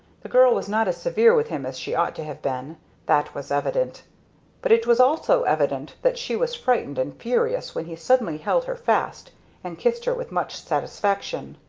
the girl was not as severe with him as she ought to have been that was evident but it was also evident that she was frightened and furious when he suddenly held her fast and kissed her with much satisfaction.